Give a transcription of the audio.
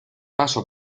paso